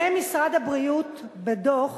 מנתוני משרד הבריאות בדוח